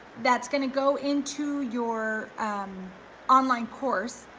that's gonna go into your online course,